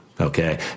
Okay